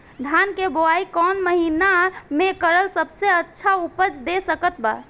धान के बुआई कौन महीना मे करल सबसे अच्छा उपज दे सकत बा?